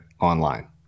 online